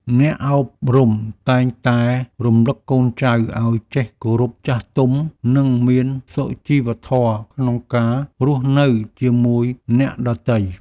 អ្នកអប់រំតែងតែរំលឹកកូនចៅឱ្យចេះគោរពចាស់ទុំ និងមានសុជីវធម៌ក្នុងការរស់នៅជាមួយអ្នកដទៃ។